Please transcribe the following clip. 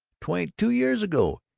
twa'n't two years ago,